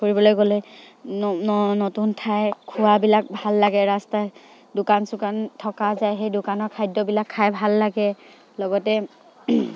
ফুৰিবলৈ গ'লে নতুন ঠাই খোৱাবিলাক ভাল লাগে ৰাস্তা দোকান চোকান থকা যায় সেই দোকানৰ খাদ্যবিলাক খাই ভাল লাগে লগতে